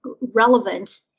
relevant